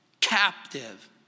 captive